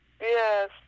Yes